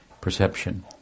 perception